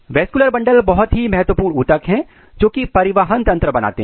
vascular bundles बहुत ही महत्वपूर्ण ऊतक है जोकि परिवहन तंत्र बनाते हैं